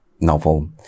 novel